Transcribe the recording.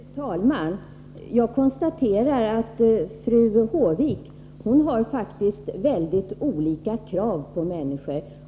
Fru talman! Jag konstaterar att fru Håvik faktiskt har väldigt olika krav på människor.